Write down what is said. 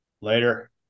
Later